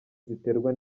ziterwa